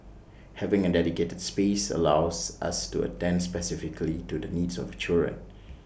having A dedicated space allows us to attend specifically to the needs of children